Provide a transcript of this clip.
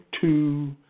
two